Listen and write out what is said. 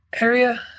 area